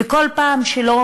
וכל פעם שלא